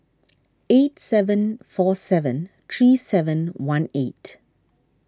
eight seven four seven three seven one eight